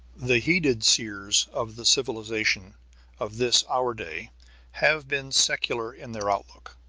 the heeded seers of the civilization of this our day have been secular in their outlook.